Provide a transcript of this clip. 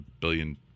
billion